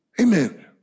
Amen